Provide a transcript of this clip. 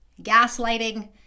gaslighting